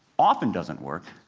often doesn't work,